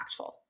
impactful